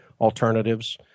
alternatives